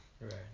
right